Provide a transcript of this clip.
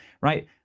right